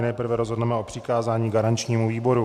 Nejprve rozhodneme o přikázání garančnímu výboru.